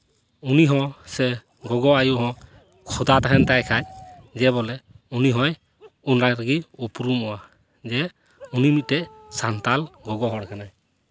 ᱩᱱᱤ ᱦᱚᱸ ᱥᱮ ᱜᱚᱜᱚ ᱟᱹᱭᱩ ᱦᱚᱸ ᱠᱷᱚᱫᱟ ᱛᱟᱦᱮᱸ ᱞᱮᱱ ᱛᱟᱭ ᱠᱷᱟᱡ ᱩᱱᱤ ᱦᱚᱸᱭ ᱚᱱᱟ ᱨᱮᱜᱮ ᱩᱯᱨᱩᱢᱚᱜᱼᱟ ᱡᱮ ᱩᱱᱤ ᱢᱤᱫᱴᱮᱡ ᱥᱟᱱᱛᱟᱲ ᱜᱚᱜᱚ ᱦᱚᱲ ᱠᱟᱱᱟᱭ